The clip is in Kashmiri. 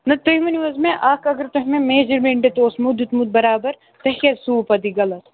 نہ تُہۍ ؤنِو حظ مےٚ اَکھ اگر تۄہہِ مےٚ میجَرمٮ۪نٛٹ تہِ اوسمو دیُتمُت برابر تۄہہِ کیٛازِ سُوُو پَتہٕ یہِ غلط